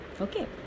Okay